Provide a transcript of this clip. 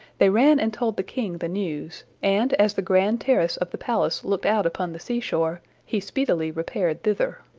they ran and told the king the news, and as the grand terrace of the palace looked out upon the sea-shore, he speedily repaired thither.